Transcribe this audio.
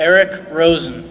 eric rosen